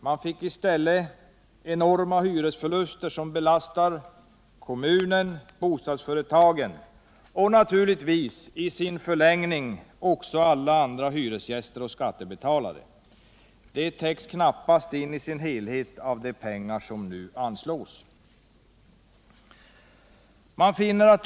Man fick i stället enorma hyresförluster som belastar kommunen, bostadsföretagen och naturligtvis i sin förlängning också alla andra hyresgäster och skattebetalare. Det täcks knappast in i sin helhet av de pengar som nu anslås.